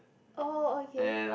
oh okay